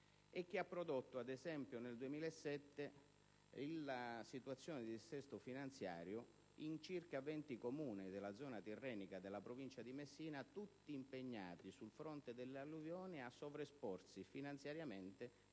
e che ha prodotto - ad esempio - nel 2007 la situazione di dissesto finanziario in circa venti Comuni della zona tirrenica della Provincia di Messina, tutti impegnati sul fronte delle alluvioni a sovraesporsi finanziariamente senza